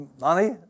money